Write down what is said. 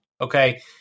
Okay